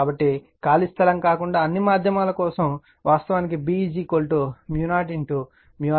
కాబట్టి ఖాళీ స్థలం కాకుండా అన్ని మాధ్యమాల కోసం వాస్తవానికి B 0r H